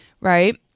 right